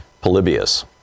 Polybius